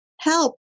help